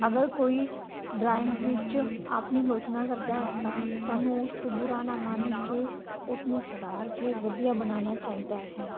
ਅਗਰ ਕੋਈ ਡਰਾਇੰਗ ਵਿੱਚ ਆਪਣੀ ਆਲੋਚਨਾ ਕਰਦਾ ਹੈ ਤਾਂ ਸਾਨੂੰ ਉਸ ਤੋਂ ਬੁਰਾ ਨਾ ਮੰਨ ਕੇ ਉਸਨੂੰ ਸੁਧਾਰ ਕੇ ਵਧੀਆ ਬਣਾਉਣਾ ਚਾਹੀਦਾ ਹੈ